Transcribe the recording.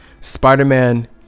Spider-Man